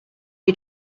you